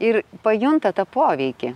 ir pajunta tą poveikį